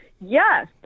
Yes